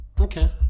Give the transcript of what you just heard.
Okay